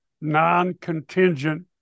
non-contingent